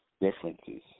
differences